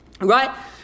Right